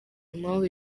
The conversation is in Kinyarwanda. impamvu